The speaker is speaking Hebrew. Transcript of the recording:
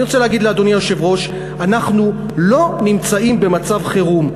אני רוצה להגיד לאדוני היושב-ראש: אנחנו לא נמצאים במצב חירום.